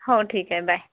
हो ठीक आहे बाय